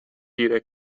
dire